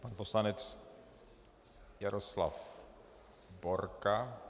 Pan poslanec Jaroslav Borka.